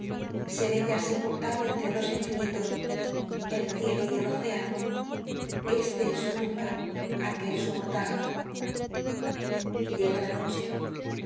se vé ya sepultado entre dos infinitos el cielo y el océano este es su tumba aquel su mortaja llega la noche